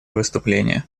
выступление